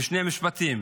בשני משפטים: